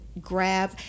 grab